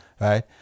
right